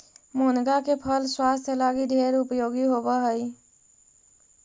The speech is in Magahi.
मुनगा के फल स्वास्थ्य लागी ढेर उपयोगी होब हई